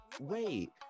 Wait